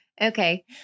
Okay